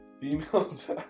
females